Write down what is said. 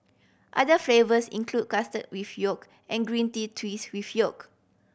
other flavours include custard with yolk and green tea twist with yolk